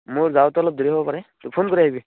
মোৰ যাওঁতে অলপ দেৰি হ'ব পাৰে তই ফোন কৰি আহিবি